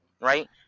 right